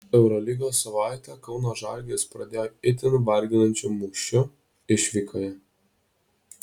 eurolygos savaitę kauno žalgiris pradėjo itin varginančiu mūšiu išvykoje